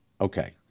Okay